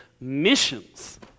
missions